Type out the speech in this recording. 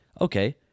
okay